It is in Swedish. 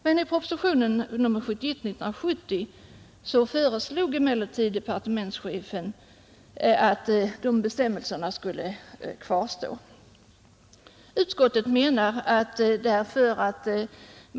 Men i propositionen 1970:71 föreslog departementschefen att de bestämmelserna skulle kvarstå.